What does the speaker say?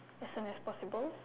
as in it's possible